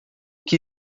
que